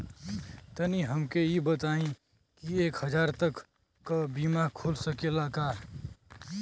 तनि हमके इ बताईं की एक हजार तक क बीमा खुल सकेला का?